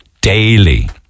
daily